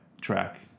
track